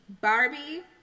Barbie